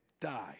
die